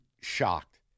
shocked